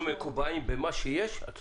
אם אנחנו מקובעים במה שיש את צודקת.